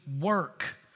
work